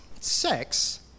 sex